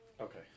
Okay